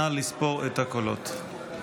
נא לספור את הקולות.